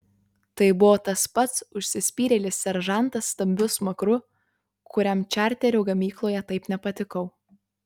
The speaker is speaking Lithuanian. tai buvo tas pats užsispyrėlis seržantas stambiu smakru kuriam čarterio gamykloje taip nepatikau